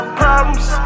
problems